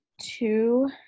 two